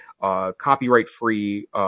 copyright-free